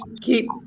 keep